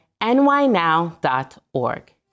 nynow.org